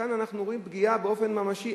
וכאן אנחנו רואים פגיעה באופן ממשי.